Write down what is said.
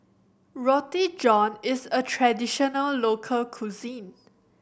Roti John is a traditional local cuisine